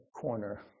corner